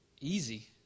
easy